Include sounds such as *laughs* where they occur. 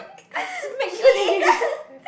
*laughs* she isn't